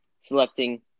selecting